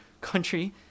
country